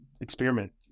experiment